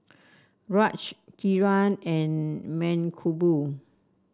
Raj Kiran and Mankombu